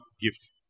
gift